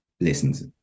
lessons